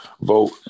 vote